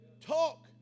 talk